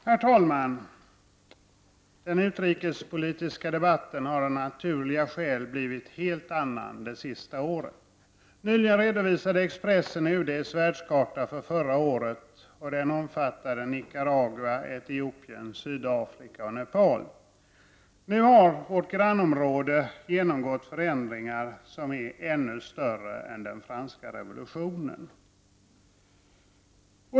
Herr talman! Den utrikespolitiska debatten har av naturliga skäl blivit en helt annan under det senaste året. Nyligen redovisade Expressen UD:s världskarta för förra året. Den omfattade Nicaragua, Etiopien, Sydafrika och Nepal. Nu har vårt grannområde genomgått förändringar som är ännu större än den franska revolutionen.